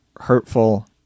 hurtful